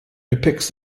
depicts